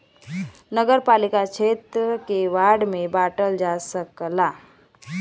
नगरपालिका क्षेत्र के वार्ड में बांटल जा सकला